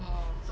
oh